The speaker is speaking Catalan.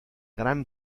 gran